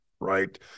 right